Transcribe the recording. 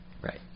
right